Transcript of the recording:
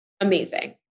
amazing